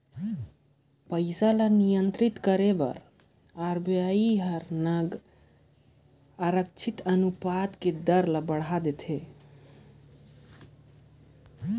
मुद्रा ल नियंत्रित करे बर आर.बी.आई हर नगद आरक्छित अनुपात ले दर ल बढ़ाए देथे